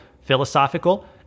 philosophical